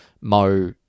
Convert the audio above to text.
Mo